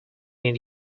need